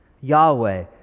Yahweh